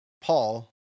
Paul